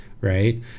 right